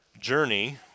journey